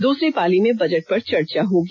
दूसरी पाली में बजट पर चर्चा होगी